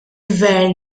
gvern